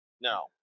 no